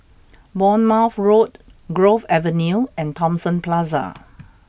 Bournemouth Road Grove Avenue and Thomson Plaza